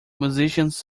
musicians